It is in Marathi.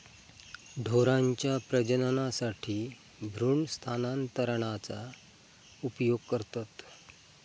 ढोरांच्या प्रजननासाठी भ्रूण स्थानांतरणाचा उपयोग करतत